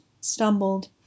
stumbled